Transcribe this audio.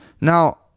Now